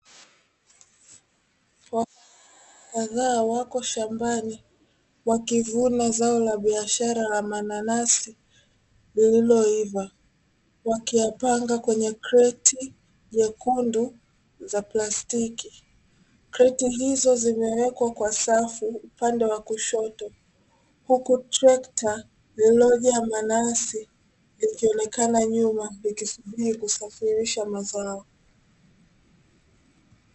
Wafanyakazi kadhaa wako shambani wakivuna zao la biashara la mananasi lililoiva. Wakiyapanga kwenye kreti jekundu za plastiki. Kreti hizo zimewekwa kwa safu upande wa kushoto huku trekta lililojaa mananasi likionekana nyuma, likisubiri kusafirisha mazao.